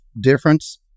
difference